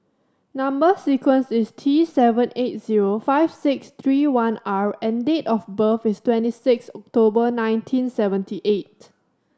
number sequence is T seven eight zero five six three one R and date of birth is twenty six October nineteen seventy eight